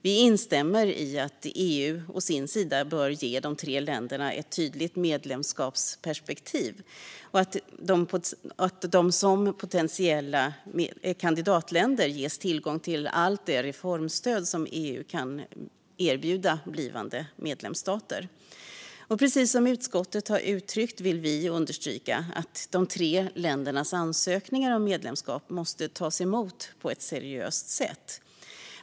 Vi instämmer i att EU å sin sida bör ge de tre länderna ett tydligt medlemskapsperspektiv och att de som potentiella kandidatländer ges tillgång till allt det reformstöd som EU kan erbjuda blivande medlemsstater. Precis som utskottet har uttryckt vill vi understryka att de tre ländernas ansökningar om medlemskap måste tas emot på ett seriöst sätt.